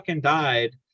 died